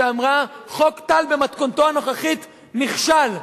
שאמרה: חוק טל במתכונתו הנוכחית נכשל.